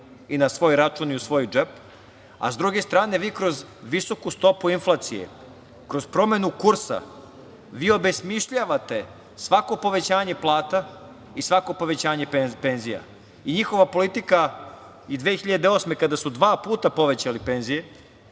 na svoj račun i u svoj džep, a s druge strane vi kroz visoku stopu inflacije, kroz promenu kursa vi obesmišljavate svako povećanje plata i svako povećanje penzija i njihova politika i 2008. kada su dva puta povećali penzije